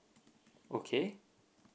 okay